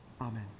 Amen